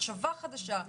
מחשבה חדשה.